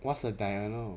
what's a diurnal